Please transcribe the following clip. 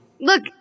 Look